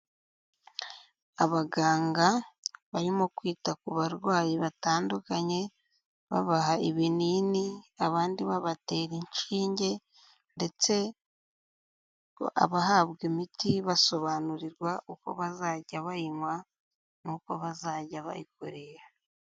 Abaganga barimo kwita ku barwayi batandukanye babaha ibinini abandi babatera inshinge ndetse abahabwa imiti basobanurirwa uko bazajya bayinywa n'uko bazajya bayikoresha.